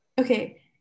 Okay